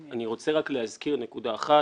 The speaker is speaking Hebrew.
אני רוצה רק להזכיר נקודה אחת